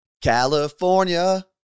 California